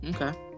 Okay